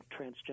transgender